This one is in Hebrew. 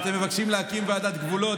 אתם מבקשים להקים ועדת גבולות,